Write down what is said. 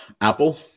apple